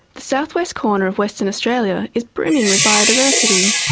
south-west corner of western australia is brimming with biodiversity.